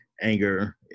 anger